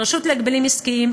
לרשות להגבלים עסקיים,